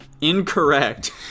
Incorrect